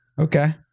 Okay